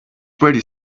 pretty